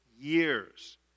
years